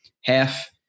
half